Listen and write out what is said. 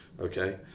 okay